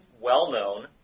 well-known